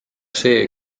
see